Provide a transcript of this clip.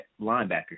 linebacker